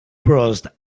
crossed